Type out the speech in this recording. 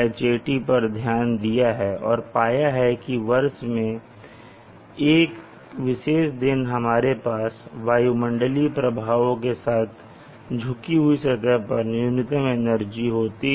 Hat पर ध्यान दिया और पाया कि वर्ष में एक विशेष दिन हमारे पास वायुमंडलीय प्रभावों के साथ झुकी हुई सतह पर न्यूनतम एनर्जी होती है